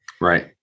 Right